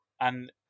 and-